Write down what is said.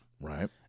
Right